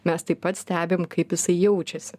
mes taip pat stebim kaip jisai jaučiasi